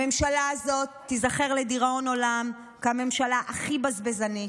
הממשלה הזאת תיזכר לדיראון עולם כממשלה הכי בזבזנית,